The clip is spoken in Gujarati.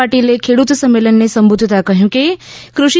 પાટીલે ખેડૂત સંમેલનને સંબોધતાં કહ્યું કે કૃષિ